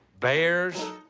bears,